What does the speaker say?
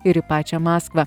ir į pačią maskvą